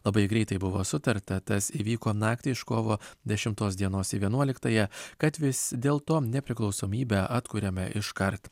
labai greitai buvo sutarta tas įvyko naktį iš kovo dešimtos dienos į vienuoliktąją kad vis dėl to nepriklausomybę atkuriame iškart